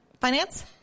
Finance